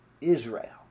Israel